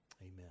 Amen